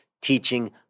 teaching